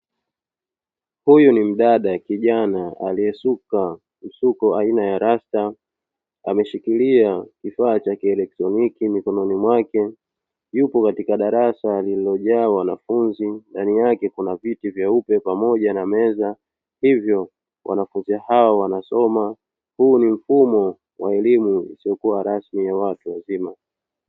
Huyu ni mdada kijana aliyesuka msuko aina ya rasta ameshikilia kifaa cha kielektroniki mikononi mwake yuko katika darasa lililojaa wanafunzi ndani yake kuna viti vyeupe pamoja na meza. Hivyo wanafunzi hawa wanasoma, huu ni mfumo wa elimu isiyokua rasmi ya watu wazima.